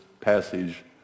passage